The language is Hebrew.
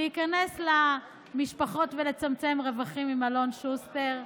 להיכנס למשפחות ולצמצם רווחים עם אלון שוסטר,